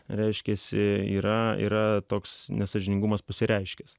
reiškiasi yra yra toks nesąžiningumas pasireiškęs